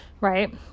Right